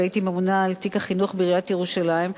והייתי ממונה על תיק החינוך בעיריית ירושלים,